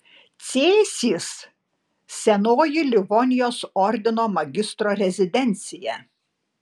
cėsys senoji livonijos ordino magistro rezidencija